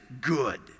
good